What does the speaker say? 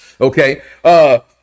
Okay